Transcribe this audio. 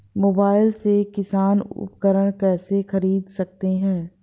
Mobile से किसान उपकरण कैसे ख़रीद सकते है?